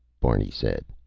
barney said.